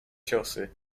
ciosy